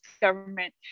government